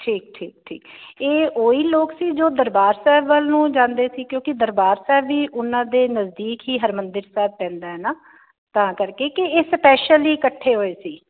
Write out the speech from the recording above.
ਠੀਕ ਠੀਕ ਠੀਕ ਇਹ ਉਹ ਈ ਲੋਕ ਸੀ ਜੋ ਦਰਬਾਰ ਸਾਹਿਬ ਵੱਲ ਨੂੰ ਜਾਂਦੇ ਸੀ ਕਿਉਂਕੀ ਦਰਬਾਰ ਸਾਹਿਬ ਵੀ ਉਹਨਾਂ ਦੇ ਨਜਦੀਕ ਹੀ ਹਰਿਮੰਦਰ ਸਾਹਿਬ ਪੈਂਦਾ ਤਾਂ ਕਰਕੇ ਕਿ ਇਹ ਸਪੈਸ਼ਲ ਈ ਕੱਠੇ ਹੋਏ ਸੀ